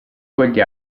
quegli